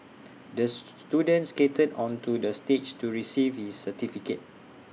the student skated onto the stage to receive his certificate